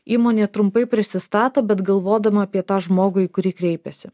įmonė trumpai prisistato bet galvodama apie tą žmogų į kurį kreipėsi